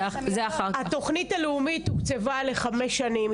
התוכנית הלאומית הוקצבה לחמש שנים,